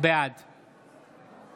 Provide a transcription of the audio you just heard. בעד